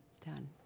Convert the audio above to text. done